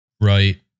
right